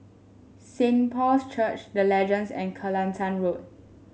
Saint Paul's Church The Legends and Kelantan Road